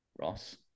Ross